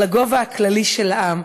לגובה הכללי של העם,